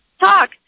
talk